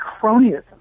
cronyism